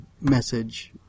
message